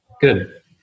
Good